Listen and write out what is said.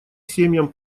семьям